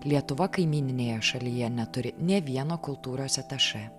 lietuva kaimyninėje šalyje neturi nė vieno kultūros atašė